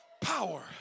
power